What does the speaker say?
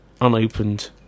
unopened